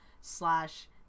slash